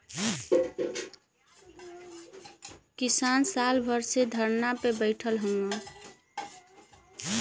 किसान साल भर से धरना पे बैठल हउवन